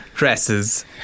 Dresses